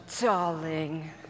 darling